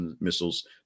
missiles